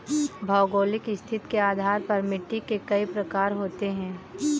भौगोलिक स्थिति के आधार पर मिट्टी के कई प्रकार होते हैं